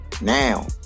Now